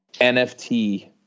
nft